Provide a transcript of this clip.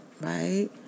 right